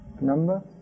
number